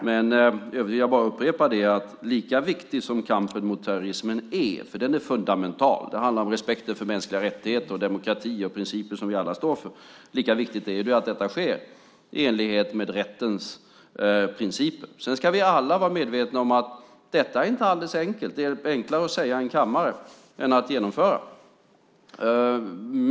Jag vill bara upprepa att lika viktig som kampen mot terrorismen är - den är fundamental; det handlar om respekt för mänskliga rättigheter, demokrati och principer som vi alla står för - lika viktigt är det att detta sker i enlighet med rättens principer. Sedan ska vi alla vara medvetna om att detta inte är alldeles enkelt. Det är enklare att säga i en kammare än att genomföra.